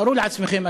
תארו לעצמכם,